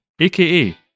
aka